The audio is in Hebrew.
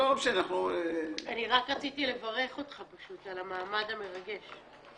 רק רציתי לברך אותך על המעמד המרגש,